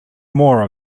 more